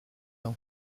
ans